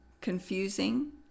confusing